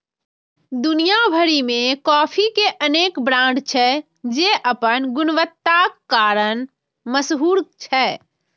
दुनिया भरि मे कॉफी के अनेक ब्रांड छै, जे अपन गुणवत्ताक कारण मशहूर छै